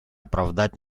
оправдать